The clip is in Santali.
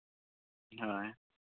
ᱦᱳᱭ